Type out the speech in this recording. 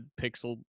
pixel